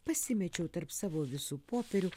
pasimečiau tarp savo visų popierių